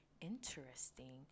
Interesting